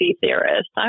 theorist